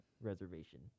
reservation